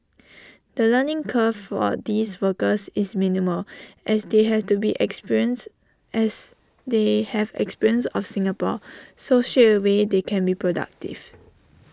the learning curve for these workers is minimal as they have to be experience as they have experience of Singapore so should away they can be productive